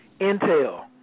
intel